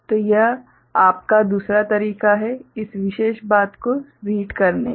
तो यह आप का दूसरा तरीका है इस विशेष बात को रीड करने का